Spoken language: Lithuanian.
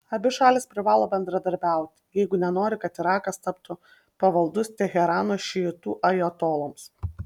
abi šalys privalo bendradarbiauti jeigu nenori kad irakas taptų pavaldus teherano šiitų ajatoloms